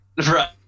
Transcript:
right